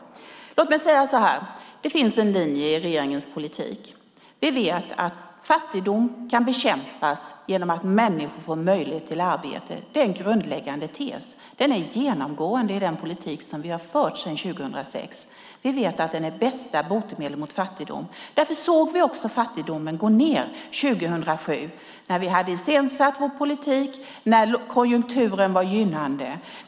Låt mig säga så här: Det finns en linje i regeringens politik. Vi vet att fattigdom kan bekämpas genom att människor får möjlighet till arbete. Det är en grundläggande tes. Den är genomgående i den politik som vi har fört sedan 2006. Vi vet att den är bästa botemedlet mot fattigdom. Därför såg vi också fattigdomen gå ned 2007 när vi hade iscensatt vår politik och när konjunkturen var gynnande.